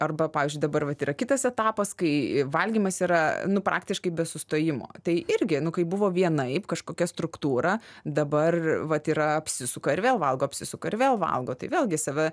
arba pavyzdžiui dabar vat yra kitas etapas kai valgymas yra nu praktiškai be sustojimo tai irgi nu kaip buvo vienaip kažkokia struktūra dabar vat yra apsisuka ir vėl valgo apsisuka ir vėl valgo tai vėlgi save